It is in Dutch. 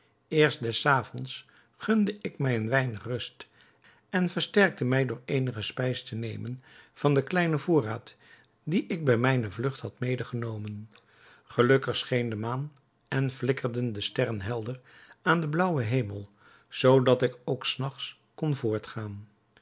eerst des avonds gunde ik mij een weinig rust en versterkte mij door eenige spijs te nemen van den kleinen voorraad dien ik bij mijne vlugt had medegenomen gelukkig scheen de maan en flikkerden de sterren helder aan den blaauwen hemel zoodat ik ook s nachts kon voortgaan